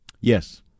Yes